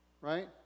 Right